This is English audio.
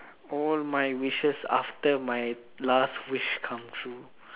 all my wishes after my last wish come true